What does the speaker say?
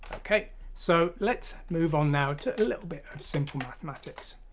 okay! so let's move on now to a little bit of simple mathematics,